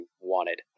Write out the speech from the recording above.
wanted